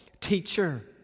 teacher